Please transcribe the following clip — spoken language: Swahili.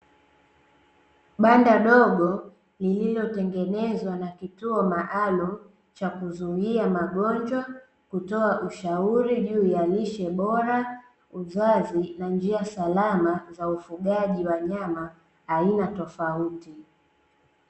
Banda dogo lililotengenezwa na kituo maalum cha kuzuia magonjwa, kutoa ushauri juu ya lishe bora, uzazi na njia salama za ufugaji wa nyama aina tofauti .